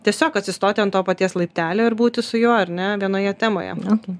tiesiog atsistoti ant to paties laiptelio ir būti su juo ar ne vienoje temoje